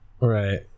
Right